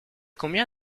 combien